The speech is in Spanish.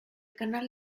canal